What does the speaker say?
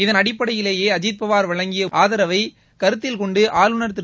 இதன் அடிப்படையிலேயே அஜித் பவார் வழங்கிய ஆதரவை கருத்தில்கொண்டு ஆளுநர் திரு